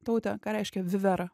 taute ką reiškia vivera